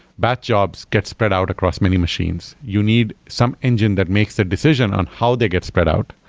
batch jobs gets spread out across many machines. you need some engine that makes a decision on how they get spread out.